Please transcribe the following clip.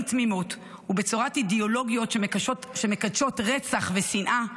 תמימות ובצורת אידאולוגיות שמקדשות רצח ושנאה,